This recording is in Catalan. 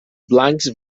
blancs